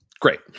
Great